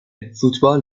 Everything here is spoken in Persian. فوتبال